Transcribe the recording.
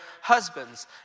husbands